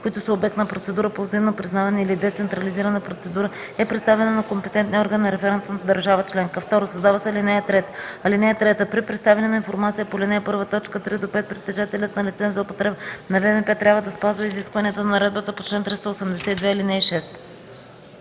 които са обект на процедура по взаимно признаване или децентрализирана процедура е представена на компетентния орган на референтната държава членка;”. 2. Създава се ал. 3: „(3) При представяне на информацията по ал. 1, т. 3 - 5 притежателят на лиценз за употреба на ВМП трябва да спазва изискванията на наредбата по чл. 382, ал.